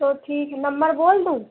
तो ठीक है नम्बर बोल दूँ